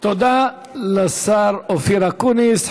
תודה לשר אופיר אקוניס.